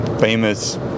famous